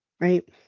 Right